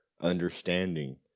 understanding